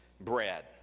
bread